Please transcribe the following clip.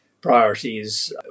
priorities